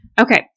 Okay